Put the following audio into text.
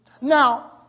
Now